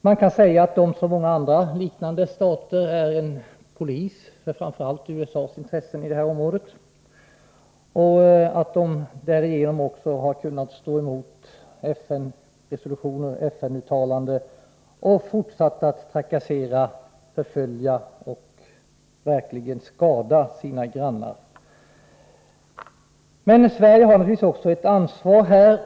Man kan säga att Sydafrika, liksom många andra liknande stater, är en polis för framför allt USA:s intressen i området och att Sydafrika därigenom också har kunnat stå emot FN-resolutioner och FN-uttalanden och fortsatt att trakassera, förfölja och verkligen skada sina grannar. Sverige har naturligtvis också ett ansvar här.